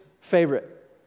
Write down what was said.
favorite